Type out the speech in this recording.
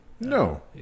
No